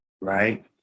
right